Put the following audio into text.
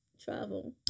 travel